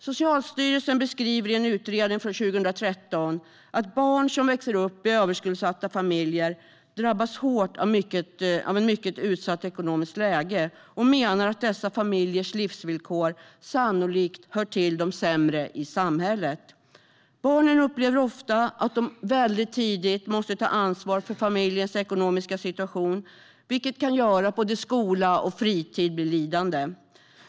Socialstyrelsen beskriver i en utredning från 2013 att barn som växer upp i överskuldsatta familjer drabbas hårt av ett mycket utsatt ekonomiskt läge. Man menar att dessa familjers livsvillkor sannolikt hör till de sämre i samhället. Barnen upplever ofta att de väldigt tidigt måste ta ansvar för familjens ekonomiska situation, vilket kan göra att både skola och fritid blir lidande.